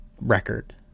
record